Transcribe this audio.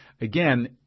again